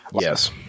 Yes